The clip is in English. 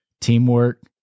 teamwork